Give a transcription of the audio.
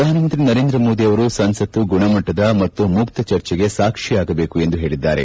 ಪ್ರಧಾನಮಂತ್ರಿ ನರೇಂದ್ರ ಮೋದಿ ಅವರು ಸಂಸತ್ತು ಗುಣಮಟ್ಟದ ಮತ್ತು ಮುಕ್ತ ಚರ್ಚೆಗೆ ಸಾಕ್ಷಿಯಾಗಬೇಕು ಎಂದು ಹೇಳಿದ್ದಾರೆ